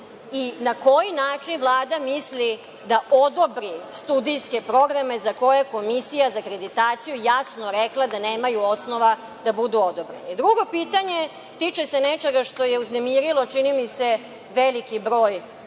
i na koji način Vlada misli da odobri studijske programe za koje je Komisija za akreditaciju jasno rekla da nemaju osnova da budu odobreni? Drugo pitanje tiče se nečega što je uznemirilo, čini mi se, veliki broj